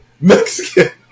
Mexican